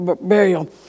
burial